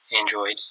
Android